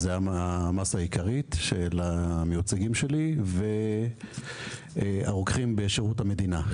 שזו המסה הכללית של המיוצגים שלי והרוקחים בשירות המדינה.